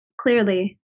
clearly